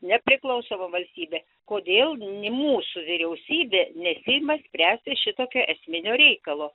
nepriklausoma valstybė kodėl ne mūsų vyriausybė nesiima spręsti šitokio esminio reikalo